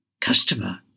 Customer